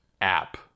app